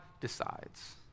decides